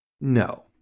No